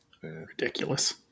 ridiculous